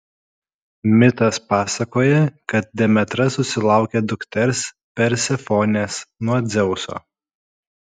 mitas pasakoja kad demetra susilaukia dukters persefonės nuo dzeuso